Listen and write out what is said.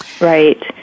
Right